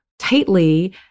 Tightly